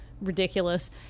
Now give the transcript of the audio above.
ridiculous